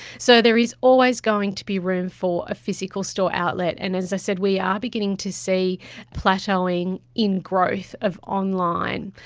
so there is always going to be room for a physical store outlet. and as i said, we are beginning to see plateauing in growth of online.